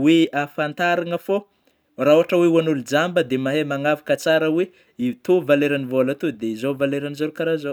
oe ahafantaragna fô raha ohatry oe hoan'ôlô jamba de mahay magnavaka tsara oe itoy valera vôla toy dia izao, valera vôla zao kara zao.